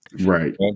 right